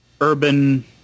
urban